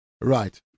Right